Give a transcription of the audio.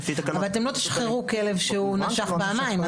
אבל אתם לא תשחררו כלב שהוא נשך פעמיים,